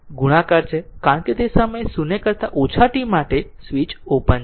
ગુણાકાર છે કારણ કે તે સમયે 0 કરતા ઓછું t માટે સ્વીચ ઓપન છે